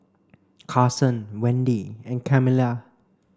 Carsen Wendi and Camilla